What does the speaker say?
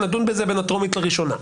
נדון בזה בין הטרומית לראשונה,